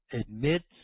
admits